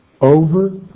over